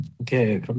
Okay